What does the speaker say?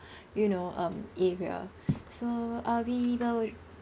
you know um area so uh we will